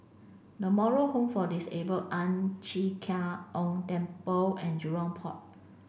the Moral Home for Disabled Ang Chee Ong Temple and Jurong Port